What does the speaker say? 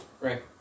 Right